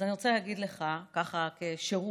אז אני רוצה להגיד לך, ככה, כשירות: